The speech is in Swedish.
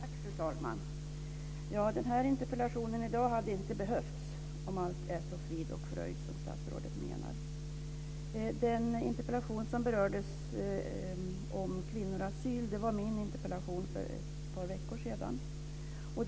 Fru talman! Den här interpellationen hade inte behövts, om allt är frid och fröjd, som statsrådet menar. Den interpellation om kvinnor och asyl som berördes var min interpellation som vi debatterade för ett par veckor sedan.